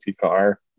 car